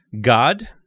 God